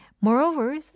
Moreover